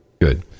Good